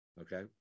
Okay